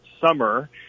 summer